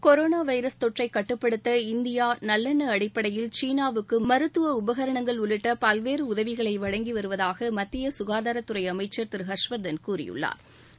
corona virus தொற்றை கட்டுப்படுத்த India நல்லெண்ண அடிப்படையில் சீனாவுக்கு மருத்துவ உபகரணங்கள் உள்ளிட்ட பல்வேறு உதவிகளை வழங்கி வருவதாக மத்திய சுகாதாரத்துறை அமைச்சா் திரு ஹா்ஷ்வா்தன் கூறியுள்ளாா்